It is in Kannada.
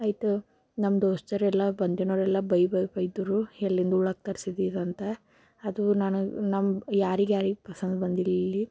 ಆಯ್ತು ನಮ್ಮ ದೋಸ್ತಿಯರೆಲ್ಲ ಬಂದಿದ್ದವ್ರೆಲ್ಲ ಬೈ ಬೈ ಬೈದರು ಎಲ್ಲಿಂದ ಉಣ್ಣೋಕ್ಕೆ ತರಿಸಿದ್ದೀಯ ಅಂತ ಅದು ನಾನು ನಮ್ಮ ಯಾರಿಗೆ ಯಾರಿಗೆ ಪಸಂದ ಬಂದಿಲ್ಲಿಲ್ಲಿ